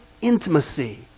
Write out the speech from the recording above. intimacy